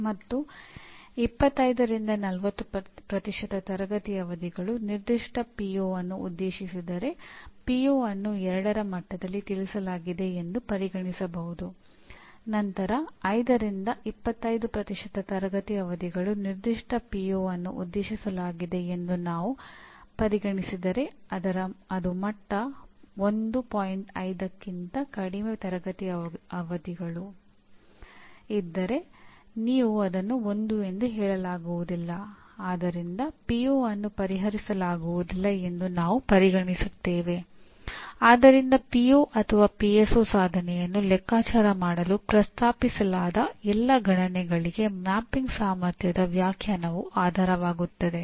ಮತ್ತು 25 ರಿಂದ 40 ತರಗತಿ ಅವಧಿಗಳು ನಿರ್ದಿಷ್ಟ ಪಿಒ ಸಾಧನೆಯನ್ನು ಲೆಕ್ಕಾಚಾರ ಮಾಡಲು ಪ್ರಸ್ತಾಪಿಸಲಾದ ಎಲ್ಲಾ ಗಣನೆಗಳಿಗೆ ಮ್ಯಾಪಿಂಗ್ ಸಾಮರ್ಥ್ಯದ ವ್ಯಾಖ್ಯಾನವು ಆಧಾರವಾಗುತ್ತದೆ